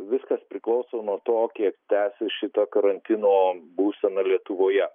viskas priklauso nuo to kiek tęsis šita karantino būsena lietuvoje